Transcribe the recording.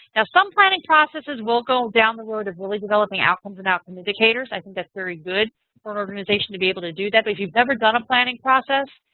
some planning processes will go down the road as really developing outcomes and outcomes and behaviors. i think that's very good for an organization to be able to do that. but if you've ever done a planning process,